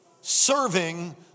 serving